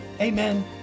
amen